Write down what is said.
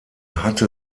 hatte